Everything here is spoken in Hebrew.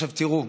תראו,